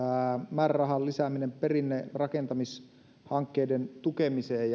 määrärahan lisääminen perinnerakentamishankkeiden tukemiseen